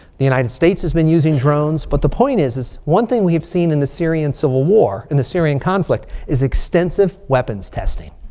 the united states has been using drones. but the point is, is one thing we've seen in the syrian civil war. and the syrian conflict is extensive weapons testing.